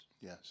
Yes